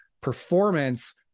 performance